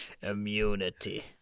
immunity